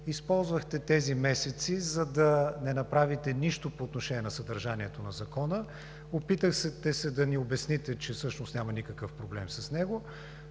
използвахте тези месеци, за да не направите нищо по отношение на съдържанието на Закона, опитахте се да ни обясните, че всъщност няма никакъв проблем с него,